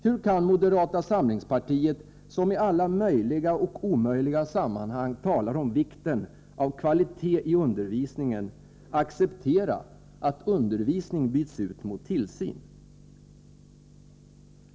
Hur kan moderata samlingspartiet, som i alla möjliga och omöjliga sammanhang talar om vikten av kvalitet i undervisningen, acceptera att undervisning byts ut mot tillsyn?